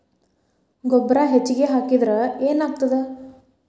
ಗೊಬ್ಬರ ಹೆಚ್ಚಿಗೆ ಹಾಕಿದರೆ ಏನಾಗ್ತದ?